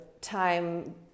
time